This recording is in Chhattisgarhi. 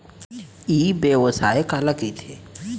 ई व्यवसाय काला कहिथे?